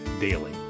Daily